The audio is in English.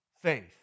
faith